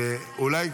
וואו.